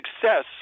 success